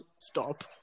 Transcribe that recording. Stop